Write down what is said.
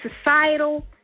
societal